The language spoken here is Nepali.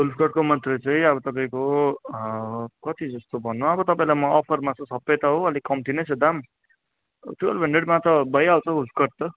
वुल्फ कटको मात्रै चाहिँ अब तपाईँको कति जस्तो भन्नु अब तपाईँलाई म अफरमा छ सबै छ हो अलिक कम्ती नै छ दाम टुवेल्भ हन्ड्रेडमा त भइहाल्छ वुल्फ कट त